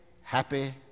happy